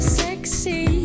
sexy